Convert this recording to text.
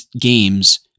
games